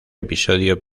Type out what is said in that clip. episodio